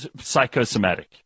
psychosomatic